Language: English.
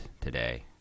today